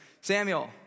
Samuel